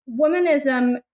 Womanism